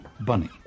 Bunny